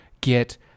get